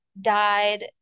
died